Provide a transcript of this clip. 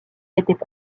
étaient